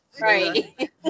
Right